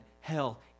hell